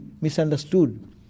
misunderstood